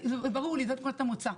ברור לי, זאת נקודת המוצא.